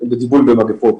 אבל בעובדה,